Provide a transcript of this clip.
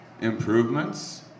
improvements